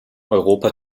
europa